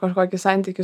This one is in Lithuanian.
kažkokį santykį